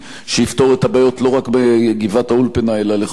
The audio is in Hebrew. לא רק בגבעת-האולפנה אלא לכל רוחב הגזרה.